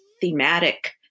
thematic